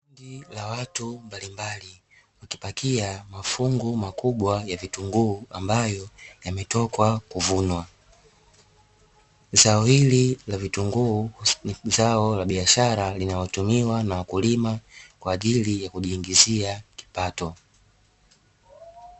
Kundi la watu mbalimbali wakipakia mafungu makubwa ya vitunguu ambayo yametoka kuvunwa. Zao hili la vitunguu ni zao la biashara linalotumiwa na wakulima kwa ajili ya kujiingizia kipato.